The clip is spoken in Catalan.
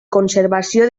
conservació